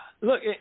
look